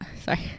Sorry